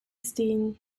steen